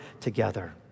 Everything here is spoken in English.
together